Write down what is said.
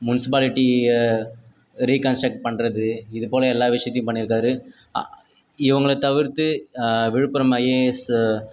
முன்ஸிபாலிட்டியை reconstruct பண்ணுறது இதுபோல எல்லா விஷயத்தையும் பண்ணிருக்காரு அ இவங்கள தவிர்த்து விழுப்புரம் ஐஏஎஸ்ஸு